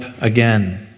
again